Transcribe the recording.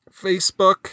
Facebook